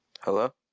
hello